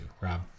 Rob